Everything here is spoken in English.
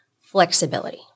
flexibility